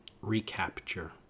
recapture